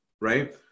right